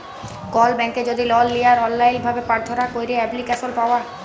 call ব্যাংকে যদি loan লিয়ার অললাইল ভাবে পার্থনা ক্যইরে এপ্লিক্যাসল পাউয়া